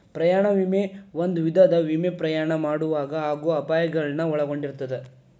ಪ್ರಯಾಣ ವಿಮೆ ಒಂದ ವಿಧದ ವಿಮೆ ಪ್ರಯಾಣ ಮಾಡೊವಾಗ ಆಗೋ ಅಪಾಯಗಳನ್ನ ಒಳಗೊಂಡಿರ್ತದ